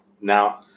Now